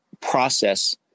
process